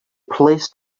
placed